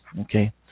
okay